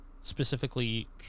specifically